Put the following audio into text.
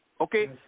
Okay